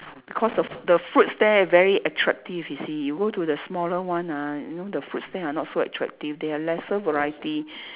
because the f~ the fruits there very attractive you see you go to the smaller one ah you know the fruits there are not so attractive there are lesser variety